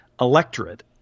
electorate